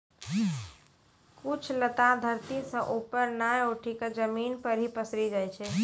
कुछ लता धरती सं ऊपर नाय उठी क जमीन पर हीं पसरी जाय छै